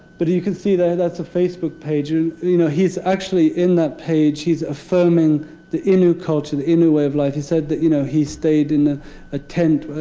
but you can see there, that's a facebook page. and you know he's actually in that page, he's affirming the innu culture, the innu way of life. he said that you know he stayed in a tent